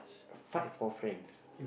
fight for friends